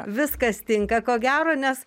viskas tinka ko gero nes